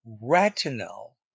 retinal